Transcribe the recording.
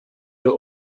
are